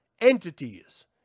entities